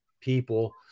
people